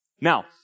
Now